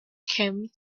came